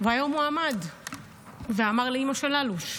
והיום הוא עמד ואמר לאימא של אלוש.